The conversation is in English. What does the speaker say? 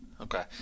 Okay